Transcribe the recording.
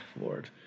Lord